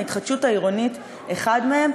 ההתחדשות העירונית היא אחד מהם,